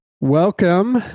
Welcome